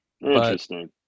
Interesting